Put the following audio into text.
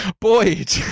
Boyd